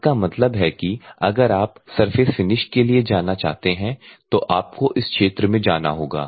इसका मतलब है कि अगर आप सरफेस फिनिश के लिए जाना चाहते हैं तो आपको इस क्षेत्र में जाना होगा